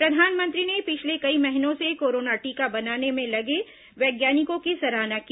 प्रधानमंत्री ने पिछले कई महीनों से कोरोना टीका बनाने में लगे वैज्ञानिकों की सराहना की